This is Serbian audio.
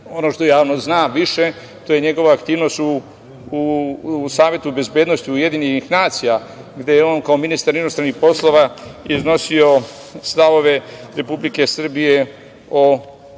što javnost zna više, to je njegova aktivnost u Savetu bezbednosti Ujedinjenih nacija, gde je on kao ministar inostranih poslova iznosi stavove Republike Srbije o